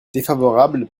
défavorable